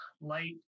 light